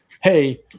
Hey